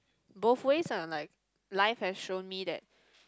both ways lah like life has shown me that